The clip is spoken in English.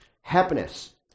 happiness